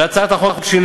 על הצעת החוק שלי